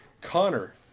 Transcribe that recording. Connor